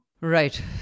Right